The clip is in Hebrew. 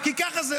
כי ככה זה.